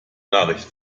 nachricht